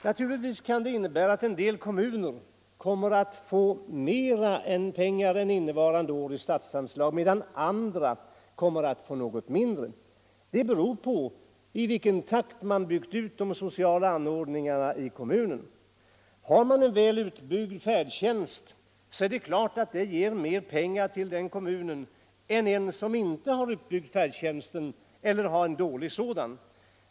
Naturligtvis kan detta innebära att en del kommuner får mera pengar än innevarande år i statsanslag medan andra kommer att få något mindre. Det beror på i vilken takt man har byggt ut de sociala anordningarna i kommunen. Har en kommun en väl utbyggd färdtjänst är det klart att den kommunen får mer pengar än en som inte har utbyggt färdtjänsten eller har en dålig sådan.